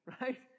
Right